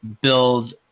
build